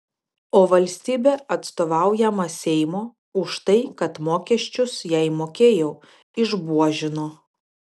o valstybė atstovaujama seimo už tai kad mokesčius jai mokėjau išbuožino